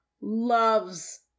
loves